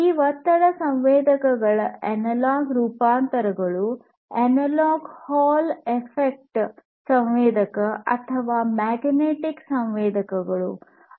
ಈ ಒತ್ತಡ ಸಂವೇದಕಗಳ ಅನಲಾಗ್ ರೂಪಾಂತರಗಳು ಅನಲಾಗ್ ಹಾಲ್ ಎಫೆಕ್ಟ್ ಸಂವೇದಕ ಅಥವಾ ಮ್ಯಾಗ್ನೆಟಿಕ್ ಸಂವೇದಕಗಳು